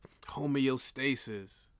homeostasis